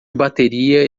bateria